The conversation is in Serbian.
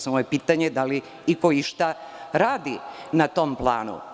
Samo je pitanje da li iko išta radi na tom planu.